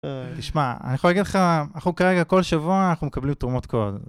תשמע, אני יכול להגיד לך, אנחנו כרגע כל שבוע אנחנו מקבלים תרומות קוד.